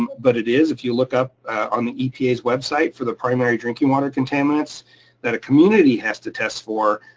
but it is. if you look up on the epa's website for the primary drinking water containments that a community has to test for,